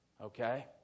Okay